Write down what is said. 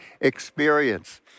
experience